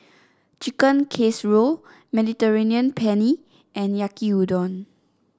Chicken Casserole Mediterranean Penne and Yaki Udon